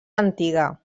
antiga